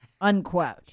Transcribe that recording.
Unquote